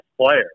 player